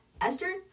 Esther